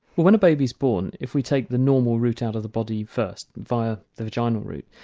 when a baby is born if we take the normal route out of the body first via the vaginal route,